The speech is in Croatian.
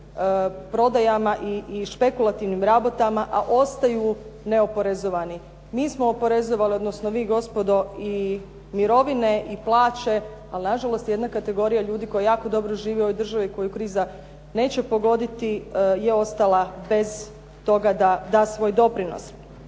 prodajama i špekulativnim rabatama a ostaju neoporezovani. Mi smo oporezovali, odnosno vi gospodo i mirovine i plaće, ali nažalost jedna kategorija ljudi koji jako dobro žive u ovoj državi koju kriza neće pogoditi je ostala bez toga da da svoj doprinost.